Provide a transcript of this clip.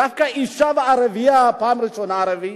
דווקא אשה וערבי, פעם ראשונה ערבי,